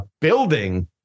building